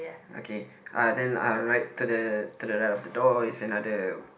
okay uh then uh right to the to the right of the door is another